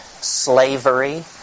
slavery